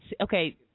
okay